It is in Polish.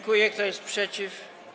Kto jest przeciw?